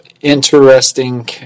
interesting